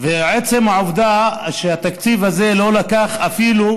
ועצם העובדה הוא שהתקציב הזה לא לקח אפילו